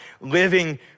living